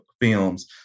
films